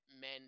men